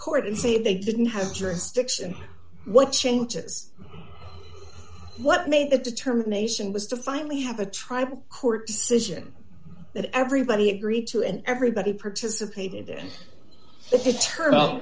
court and say they didn't have jurisdiction what changes what made the determination was to finally have a tribal court decision that everybody agreed to and everybody participated